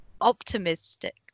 optimistic